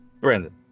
Brandon